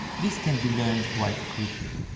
this can be learned quite quickly.